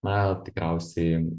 na tikriausiai